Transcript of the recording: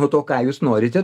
nuo to ką jūs norite